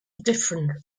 different